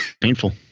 painful